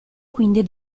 quindi